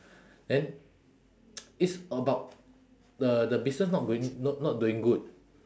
then it's about the the business not doing not not doing good